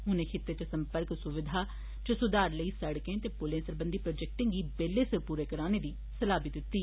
उनें खित्ते च संपर्क सुविधा च सुधार लेई सिड़कें ते पुलें सरबंधी प्रोजेक्टें गी बेल्लै सिर पूरा करने दी सलाह बी दित्ती